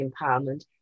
empowerment